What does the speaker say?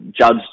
judged